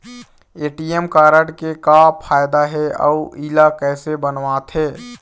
ATM card के का फायदा हे अऊ इला कैसे बनवाथे?